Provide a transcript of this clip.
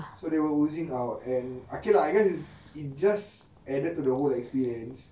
so they were oozing out and okay lah I guess it's it just added to the whole experience